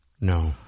No